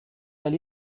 elle